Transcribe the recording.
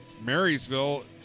Marysville